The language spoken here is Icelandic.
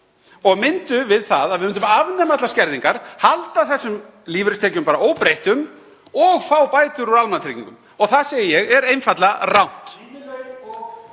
myndu, við það að við myndum afnema allar skerðingar, halda þessum lífeyristekjum bara óbreyttum og fá bætur úr almannatryggingum. Það segi ég að er einfaldlega rangt.